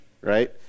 right